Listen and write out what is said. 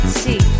see